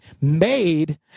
made